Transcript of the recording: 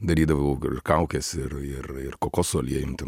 darydavau kaukes ir ir ir kokoso aliejum ten